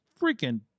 freaking